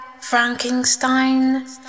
Frankenstein